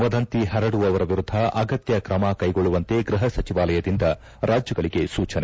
ವದಂತಿ ಪರಡುವವರ ವಿರುದ್ದ ಅಗತ್ಯ ತ್ರಮ ಕೈಗೊಳ್ಳುವಂತೆ ಗೃಪ ಸಚಿವಾಲಯದಿಂದ ರಾಜ್ಯಗಳಿಗೆ ಸೂಚನೆ